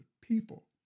people